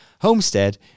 homestead